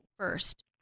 first